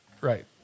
Right